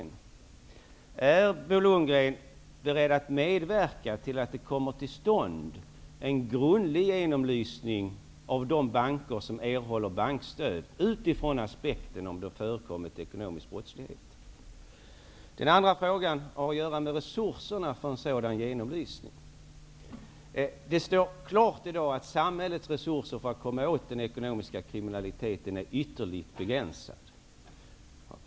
Den första är: Är Bo Lundgren beredd att medverka till att det kommer till stånd en grundlig genomlysning av de banker som erhåller bankstöd ur aspekten om det har förekommit ekonomisk brottslighet? Den andra frågan har att göra med resurserna för en sådan genomlysning. Det står i dag klart att samhällets resurser för att komma åt den ekonomiska kriminaliteten är ytterligt begränsade.